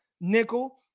nickel